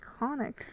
iconic